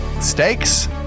stakes